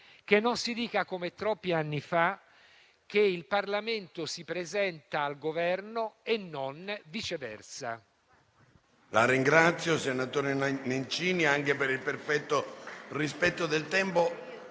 Che non si dica, come troppi anni fa, che il Parlamento si presenta al Governo e non viceversa.